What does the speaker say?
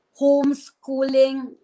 homeschooling